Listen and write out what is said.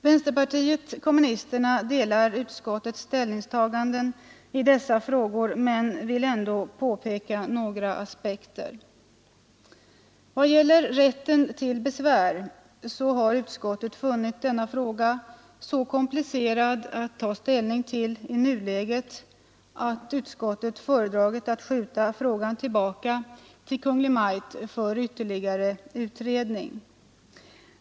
Vänsterpartiet kommunisterna delar utskottets ställningstagande i dessa frågor men vill ändå peka på några aspekter. Vad gäller rätten till besvär har utskottet funnit denna fråga så komplicerad att ta ställning till i nuläget att utskottet vill skjuta frågan tillbaka till Kungl. Maj:t för ytterligare utredning.